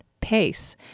pace